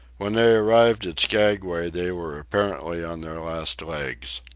when they arrived at skaguay they were apparently on their last legs.